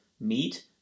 meat